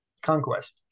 conquest